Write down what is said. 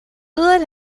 todas